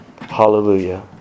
Hallelujah